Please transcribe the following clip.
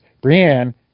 Brienne